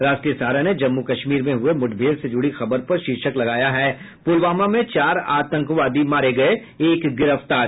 राष्ट्रीय सहारा ने जम्मू कश्मीर में हुये मुठभेड़ से जुड़ी खबर पर शीर्षक लगाया है पुलवामा में चार आतंकवादी मारे गये एक गिरफ्तार